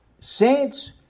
saints